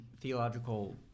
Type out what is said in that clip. theological